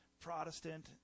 Protestant